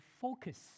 focus